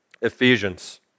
Ephesians